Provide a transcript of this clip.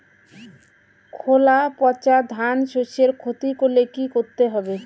খোলা পচা ধানশস্যের ক্ষতি করলে কি করতে হবে?